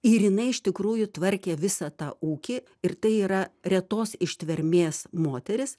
ir jinai iš tikrųjų tvarkė visą tą ūkį ir tai yra retos ištvermės moteris